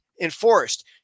enforced